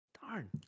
Darn